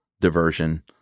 diversion